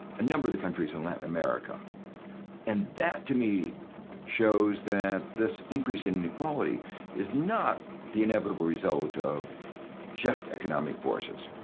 a number of the countries in latin america and that to me shows that this increase in inequality is not the inevitable result of just economic forces.